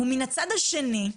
ומן הצד השני,